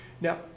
Now